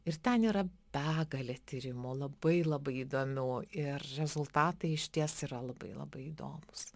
ir ten yra begalė tyrimų labai labai įdomių ir rezultatai išties yra labai labai įdomūs